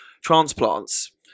transplants